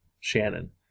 Shannon